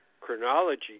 chronology